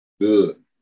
good